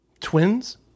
Twins